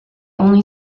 only